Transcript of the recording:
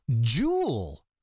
Jewel